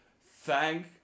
thank